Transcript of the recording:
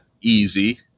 easy